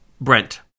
Brent